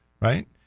right